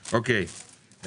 אוקיי,